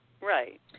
Right